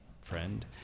friend